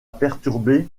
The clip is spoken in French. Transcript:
perturbé